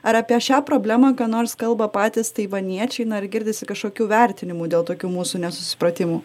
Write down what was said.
ar apie šią problemą ką nors kalba patys taivaniečiai na ar girdisi kažkokių vertinimų dėl tokių mūsų nesusipratimų